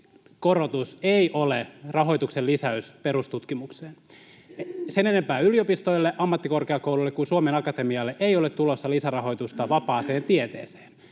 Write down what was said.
Indeksikorotus ei ole rahoituksen lisäys perustutkimukseen. Sen enempää yliopistoille, ammattikorkeakouluille kuin Suomen Akatemialle ei ole tulossa lisärahoitusta vapaaseen tieteeseen.